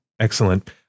Excellent